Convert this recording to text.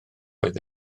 oedd